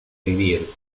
vivir